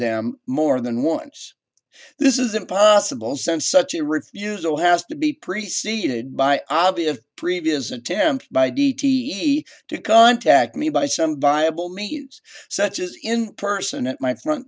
them more than once this is impossible since such a refusal has to be preceded by abi of previous attempts by d t to contact me by some viable means such as in person at my front